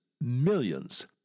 Millions